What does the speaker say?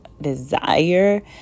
desire